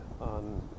on